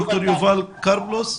ד"ר יובל קרפלוס.